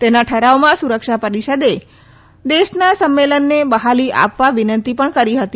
તેના ઠરાવમાં સુરક્ષા પરીષદે દેશોના સંમેલનને બહાલી આપવા વિનંતી પણ કરી હતી